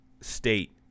State